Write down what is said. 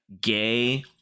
gay